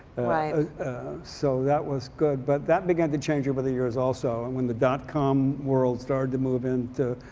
right so that was good. but that began to change over the years also. and when the dot dot com world started to move into